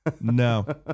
No